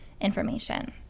information